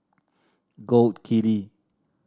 Gold Kili